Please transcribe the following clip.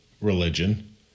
religion